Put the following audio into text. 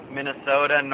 Minnesota